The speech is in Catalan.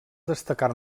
destacar